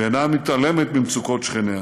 שאינה מתעלמת ממצוקות שכניה,